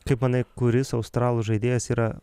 kaip manai kuris australų žaidėjas yra